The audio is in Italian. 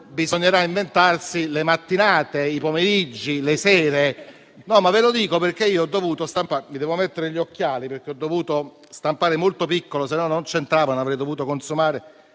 Bisognerà inventarsi le mattinate, i pomeriggi, le sere.